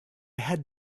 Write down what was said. had